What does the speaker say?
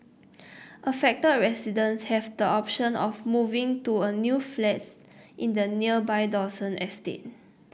affected residents have the option of moving to a new flats in the nearby Dawson estate